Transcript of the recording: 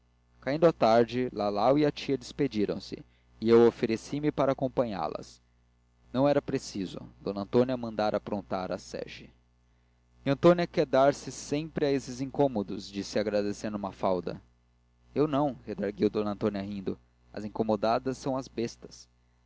caindo a tarde lalau e a tia despediram-se e eu ofereci me para acompanhá-las não era preciso d antônia mandara aprontar a sege nhãtônia quer dar-se sempre a esses incômodos disse agradecendo mafalda eu não redargüiu d antônia rindo as incomodadas são as bastas